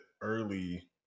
early